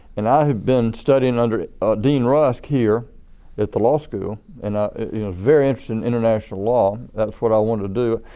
and i had been studying under dean rusk here at the law school and very interesting international law that was what i wanted to do.